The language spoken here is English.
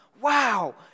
Wow